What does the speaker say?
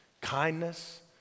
kindness